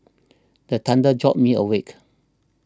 the thunder jolt me awake